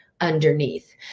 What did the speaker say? underneath